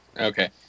Okay